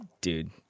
dude